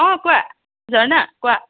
অ কোৱা ঝৰ্ণা কোৱা